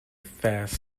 fast